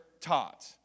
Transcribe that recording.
taught